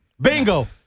Bingo